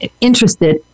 interested